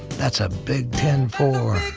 that's a big ten four